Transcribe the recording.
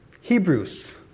Hebrews